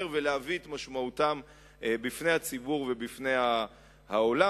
ולהביא את משמעותם בפני הציבור ובפני העולם.